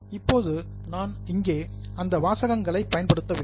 இப்போது நான் இங்கே அந்த வாசகங்களை பயன்படுத்தவில்லை